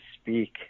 speak